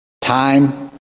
Time